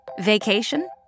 Vacation